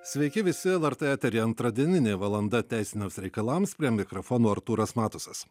sveiki visi vartai turi antrą dieninė valanda teisiniams reikalams prie mikrofono artūras matusas